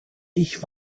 ich